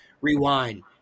rewind